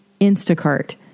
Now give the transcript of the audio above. Instacart